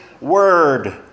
word